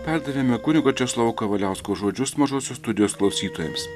perdavėme kunigo česlovo kavaliausko žodžius mažosios studijos klausytojams